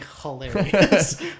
hilarious